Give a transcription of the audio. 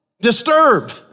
disturbed